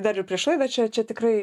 dar ir prieš laidą čia čia tikrai